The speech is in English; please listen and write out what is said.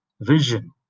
Vision